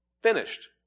finished